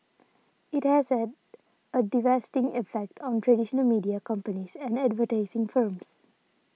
it has had a devastating effect on traditional media companies and advertising firms